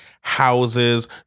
houses